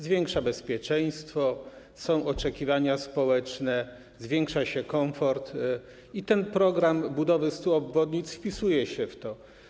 Zwiększa bezpieczeństwo, są oczekiwania społeczne, zwiększa się komfort i ten program budowy 100 obwodnic wpisuje się w to.